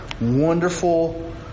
wonderful